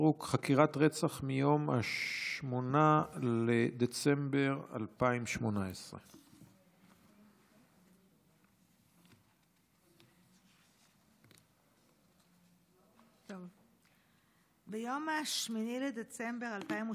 של חברת הכנסת סטרוק: חקירת רצח מיום 8 בדצמבר 2018. ביום 8 בדצמבר 2018